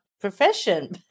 profession